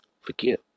forgive